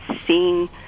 seeing